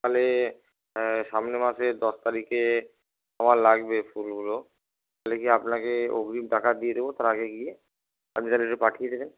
তাহলে সামনের মাসের দশ তারিখে আমার লাগবে ফুলগুলো তাহলে কি আপনাকে অগ্রিম টাকা দিয়ে দেব তার আগে গিয়ে আপনি তাহলে পাঠিয়ে দেবেন